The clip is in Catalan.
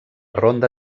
ronda